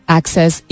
access